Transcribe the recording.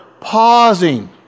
pausing